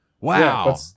Wow